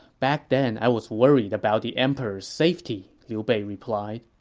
back then, i was worried about the emperor's safety, liu bei replied